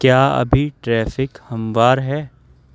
کیا ابھی ٹریفک ہموار ہے